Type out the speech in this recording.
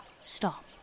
stop